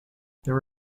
there